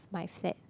my flat